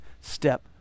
step